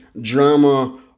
drama